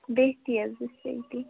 دٔستی حظ بہٕ چھَس ییٚتی